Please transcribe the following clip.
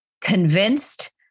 convinced